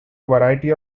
variety